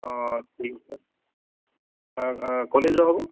অঁ ঠিক আছে ক'লৈ যোৱা হ'ব